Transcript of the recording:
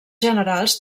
generals